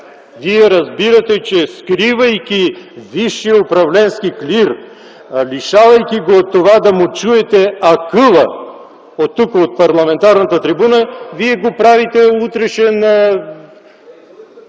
Вие разбирате, че скривайки висшия управленски клир, лишавайки го от това да му чуете акъла оттук, от парламентарната трибуна, вие го правите утрешен